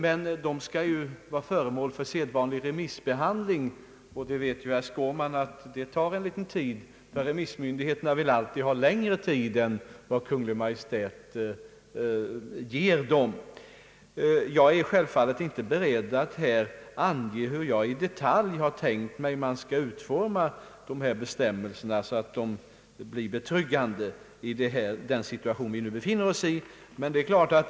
Men dessa skall bli föremål för sedvanlig remissbehandling, och herr Skårman vet att det tar tid. Remissmyndigheterna vill ju ha längre tid än Kungl. Maj:t ger dem. Jag är självfallet inte beredd att här i detalj ange hur man tänkt sig att utforma bestämmelserna så att de blir betryggande i den situation vi nu har.